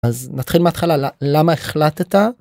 אז נתחיל מהתחלה למה החלטת.